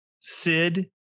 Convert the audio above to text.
Sid